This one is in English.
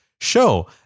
show